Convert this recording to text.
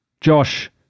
Josh